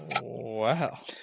Wow